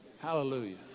Hallelujah